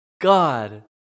god